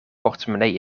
portemonnee